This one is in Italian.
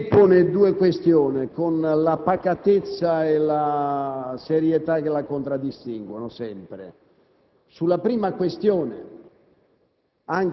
lei pone due questioni con la pacatezza e la serietà che sempre la contraddistinguono. Sulla prima questione,